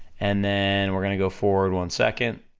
and then we're gonna go forward one second,